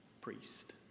priest